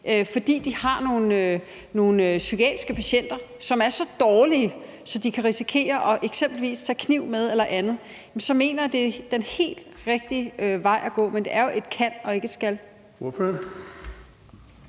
fordi de har nogle psykiatriske patienter, som er så dårlige, at de kan risikere eksempelvis at tage en kniv med eller andet, så mener jeg, at det er den helt rigtige vej at gå. Men det er jo et »kan« og ikke et »skal«.